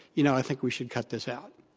you know, i think we should cut this out.